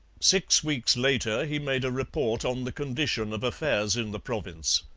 six weeks later he made a report on the condition of affairs in the province.